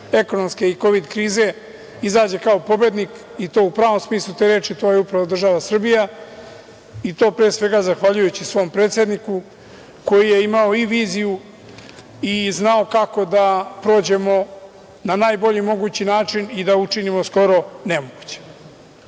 ekonomske i kovid krize izađe kao pobednik i to u pravom smislu te reči, to je upravo država Srbija i to, pre svega, zahvaljujući svom predsedniku koji je imao i viziju i znao kako da prođemo na najbolji mogući način i da učinimo skoro nemoguće. Oni